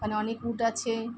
ওখানে অনেক উট আছে